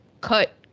cut